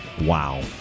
Wow